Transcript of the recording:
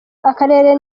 akarere